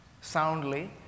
soundly